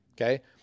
Okay